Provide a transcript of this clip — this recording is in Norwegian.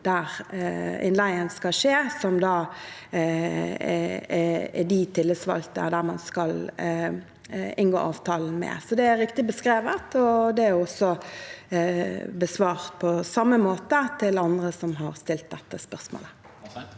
der innleien skal skje, som da er de tillitsvalgte der man skal inngå avtalen. Så det er riktig beskrevet, og det er også besvart på samme måte til andre som har stilt dette spørsmålet.